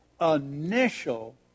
initial